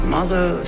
Mother